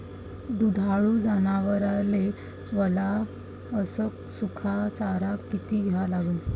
दुधाळू जनावराइले वला अस सुका चारा किती द्या लागन?